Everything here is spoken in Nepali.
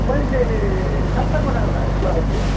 मैले चारवटा कोठाको लागि लगेको थिएँ